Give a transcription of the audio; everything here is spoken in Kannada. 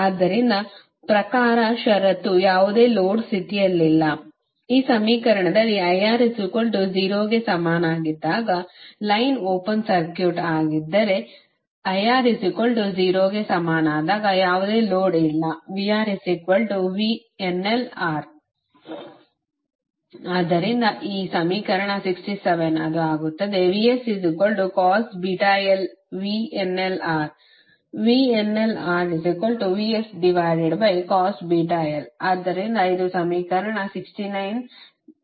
ಆದ್ದರಿಂದ ಪ್ರಕಾರ ಷರತ್ತು ಯಾವುದೇ ಲೋಡ್ ಸ್ಥಿತಿಯಲ್ಲ ಈ ಸಮೀಕರಣದಲ್ಲಿ IR 0 ಗೆ ಸಮನಾಗಿದ್ದಾಗ ಲೈನ್ ಓಪನ್ ಸರ್ಕ್ಯೂಟ್ ಆಗಿದ್ದರೆ IR 0 ಗೆ ಸಮನಾದಾಗ ಯಾವುದೇ ಲೋಡ್ ಇಲ್ಲ ಆದ್ದರಿಂದ ಈ ಸಮೀಕರಣ 67 ಅದು ಆಗುತ್ತದೆ ಆದ್ದರಿಂದ ಅದು 69 ರ ಸಮೀಕರಣವಾಗಿದೆ